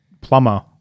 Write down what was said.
plumber